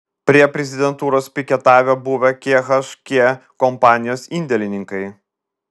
prie prezidentūros piketavę buvę khk kompanijos indėlininkai